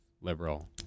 liberal